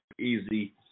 easy